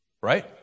right